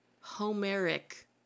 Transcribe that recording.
Homeric